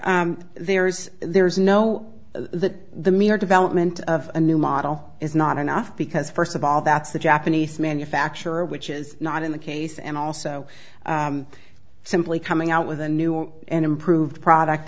there's there is no that the mere development of a new model is not enough because first of all that's the japanese manufacturer which is not in the case and also simply coming out with a new and improved product